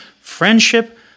friendship